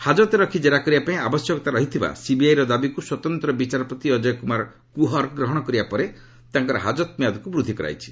ହାଜତରେ ରଖି କେରା କରିବା ପାଇଁ ଆବଶ୍ୟକତା ରହିଥିବା ସିବିଆଇର ଦାବିକୁ ସ୍ୱତନ୍ତ୍ର ବିଚାରପତି ଅଜୟ କ୍ରମାର କୁହର ଗ୍ରହଣ କରିବା ପରେ ତାଙ୍କର ହାଜତ ମିଆଦକୁ ବୃଦ୍ଧି କରାଯାଇଛି